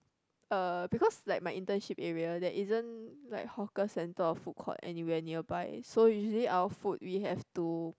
uh because like my internship area there isn't like hawker centre or food court anywhere nearby so usually our food we have to